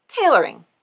Tailoring